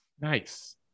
Nice